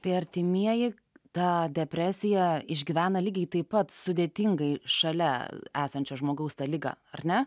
tai artimieji tą depresiją išgyvena lygiai taip pat sudėtingai šalia esančio žmogaus tą ligą ar ne